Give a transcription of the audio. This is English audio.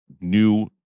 new